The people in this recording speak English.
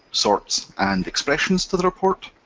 sorts, and expressions to the report